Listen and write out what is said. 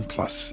Plus